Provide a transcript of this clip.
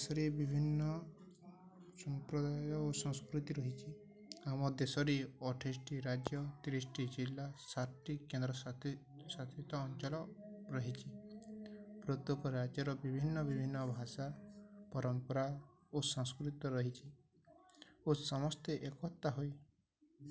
ଦେଶରେ ବିଭିନ୍ନ ସମ୍ପ୍ରଦାୟ ଓ ସଂସ୍କୃତି ରହିଛି ଆମ ଦେଶରେ ଅଠେଇଶିଟି ରାଜ୍ୟ ତିରିଶିଟି ଜିଲ୍ଲା ସାତଟି କେନ୍ଦ୍ର ଶାସିତ ଅଞ୍ଚଳ ରହିଛି ପ୍ରତ୍ୟେକ ରାଜ୍ୟର ବିଭିନ୍ନ ବିଭିନ୍ନ ଭାଷା ପରମ୍ପରା ଓ ସଂସ୍କୃତ ରହିଛି ଓ ସମସ୍ତେ ଏକତା ହୋଇ